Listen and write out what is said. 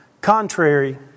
contrary